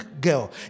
girl